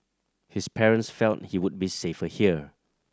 his parents felt he would be safer here